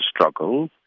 struggle